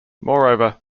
moreover